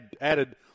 added